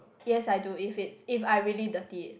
yes I do if it's if I really dirty it